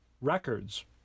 records